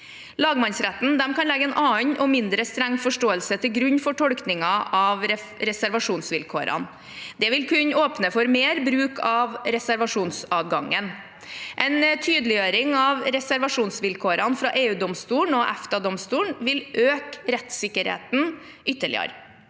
Lagmannsretten kan legge en annen og mindre streng forståelse til grunn for tolkningen av reservasjonsvilkårene. Dette vil kunne åpne for mer bruk av reservasjonsadgangen. En tydeliggjøring av reservasjonsvilkårene fra EUdomstolen og EFTA-domstolen vil øke rettsikkerheten ytterligere.